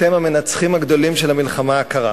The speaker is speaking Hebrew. "אתם המנצחים הגדולים של המלחמה הקרה".